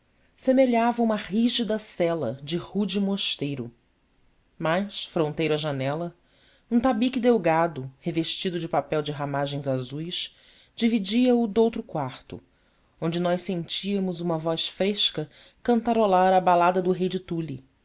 semelhava uma rígida cela de rude mosteiro mas fronteira à janela um tabique delgado revestido de papel de ramagens azuis dividia o do outro quarto onde nós sentíamos uma voz fresca cantarolar a balada do rei de tule